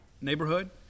neighborhood